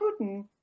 Putin